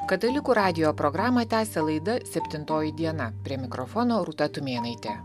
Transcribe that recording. katalikų radijo programą tęsia laida septintoji diena prie mikrofono rūta tumėnaitė